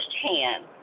firsthand